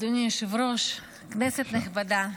אדוני היושב-ראש, כנסת נכבדה,